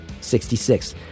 66